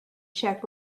czech